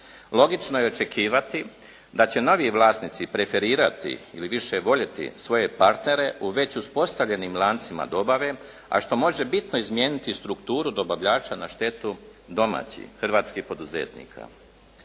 Logično je očekivati da će novi vlasnici preferirati ili više voljeti svoje partnere u već uspostavljenim lancima dobave, a što može bitno izmijeniti strukturu dobavljača na štetu domaćih hrvatskih poduzetnika.